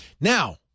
Now